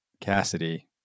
Cassidy